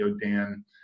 Dan